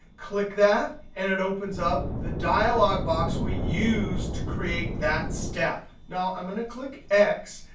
click that, and it opens up the dialog box we use to create that step. now i'm going to click x,